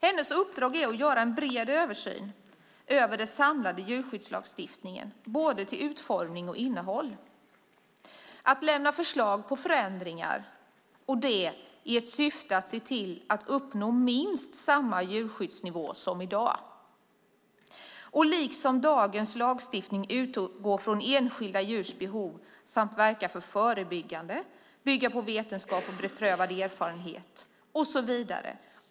Hennes uppdrag är att göra en bred översyn av den samlade djurskyddslagstiftningen, både till utformning och till innehåll samt att lämna förslag på förändringar i syfte att se till att uppnå minst samma djurskyddsnivå som i dag. Liksom dagens lagstiftning ska den utgå från enskilda djurs behov samt verka förebyggande, bygga på vetenskap och beprövad erfarenhet och så vidare.